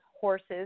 horses